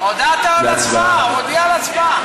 הודעת על הצבעה, הוא הודיע על הצבעה.